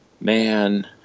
man